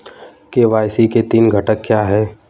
KYC के तीन घटक क्या हैं?